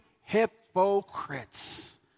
hypocrites